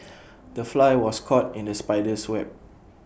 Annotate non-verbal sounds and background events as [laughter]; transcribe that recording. [noise] the fly was caught in the spider's web